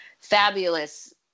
fabulous